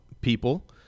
people